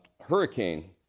hurricane